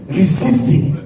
resisting